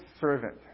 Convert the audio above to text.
servant